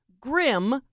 grim